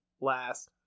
last